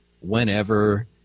whenever